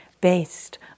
based